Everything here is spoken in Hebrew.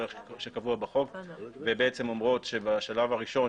שקבוע בחוק ובעצם אומרות שבשלב הראשון,